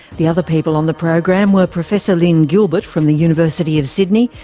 the other people on the program were professor lyn gilbert from the university of sydney,